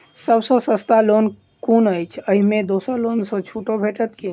सब सँ सस्ता लोन कुन अछि अहि मे दोसर लोन सँ छुटो भेटत की?